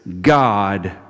God